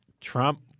Trump